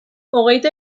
hogeita